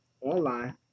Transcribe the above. online